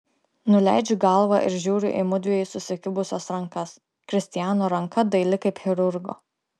nuleidžiu galvą ir žiūriu į mudviejų susikibusias rankas kristiano ranka daili kaip chirurgo